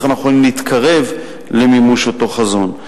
איך אנחנו יכולים להתקרב למימוש אותו חזון.